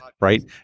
right